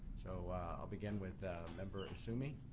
so ah begin with member assumeey?